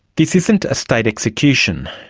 this isn't a state execution.